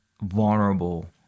vulnerable